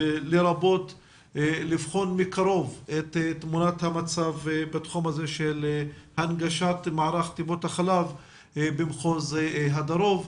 לרבות בחינה מקרוב של תמונת המצב של הנגשת מערך טיפות החלב במחוז הדרום.